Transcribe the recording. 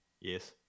Yes